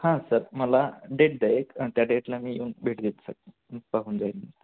हां सर मला डेट द्या एक त्या डेटला मी येऊन भेट घेईन सर पाहून जाईन